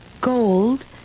gold